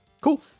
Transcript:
Cool